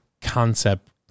concept